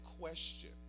question